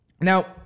Now